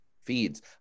feeds